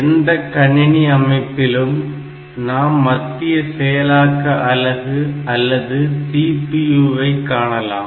எந்த கணினி அமைப்பிலும் நாம் மத்திய செயலாக்க அலகு அல்லது CPU வை காணலாம்